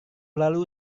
lalu